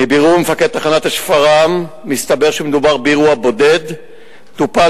מבירור עם מפקד תחנת שפרעם מסתבר שמדובר באירוע בודד שטופל